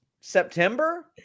September